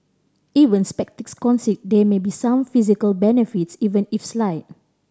even sceptics concede there may be some physical benefits even if slight